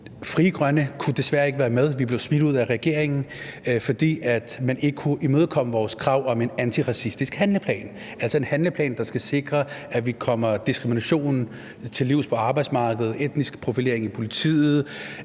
Frie Grønne kunne desværre ikke være med, vi blev smidt ud af regeringen, fordi man ikke kunne imødekomme vores krav om en antiracistisk handleplan, altså en handleplan, der skal sikre, at vi kommer diskriminationen på arbejdsmarkedet til livs, og etnisk profilering i politiet